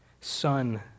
Son